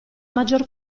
maggior